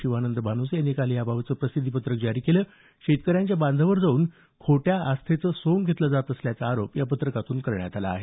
शिवानंद भानुसे यांनी काल याबाबतचं प्रसिद्धी पत्रक जारी केलं शेतकऱ्यांच्या बांधावर जाऊन खोट्या आस्थेचे सोंग घेतलं जात असल्याचा आरोप या पत्रकातून करण्यात आला आहे